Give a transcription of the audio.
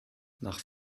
nach